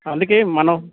అందుకే మనం